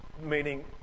meaning